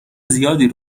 زیادی